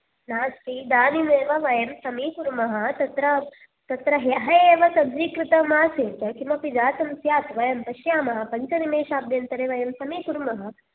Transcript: नास्ति इदानीमेव वयं समीकुर्मः तत्र तत्र ह्यः एव स्ज्जीकृतम् आसीत् किमपि जातं स्यात् वयं पश्यामः पञ्चनिमिषाभ्यन्तरे वयं समीकुर्मः